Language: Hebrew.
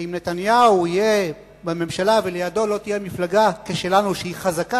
שאם נתניהו יהיה בממשלה ולידו לא תהיה מפלגה כשלנו שהיא חזקה,